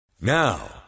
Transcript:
Now